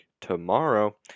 tomorrow